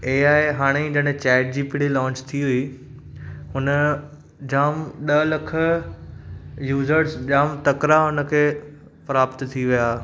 ए I हाणे जॾहिं chat G P T launch थी हुई हुन जाम ॾह लखु यूसर्स जाम तकिड़ा हुनखे प्राप्त थी विया